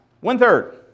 one-third